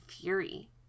fury